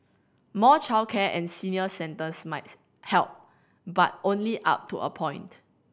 more childcare and senior centres might help but only up to a point